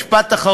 משפט אחרון.